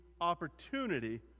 opportunity